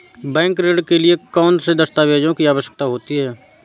Bank ऋण के लिए कौन से दस्तावेजों की आवश्यकता है?